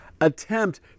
attempt